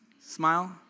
smile